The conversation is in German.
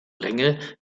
länge